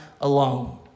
alone